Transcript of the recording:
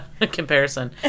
comparison